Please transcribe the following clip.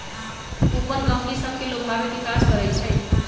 coupon गहकि सभके लोभावे के काज करइ छइ